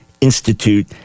Institute